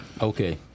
Okay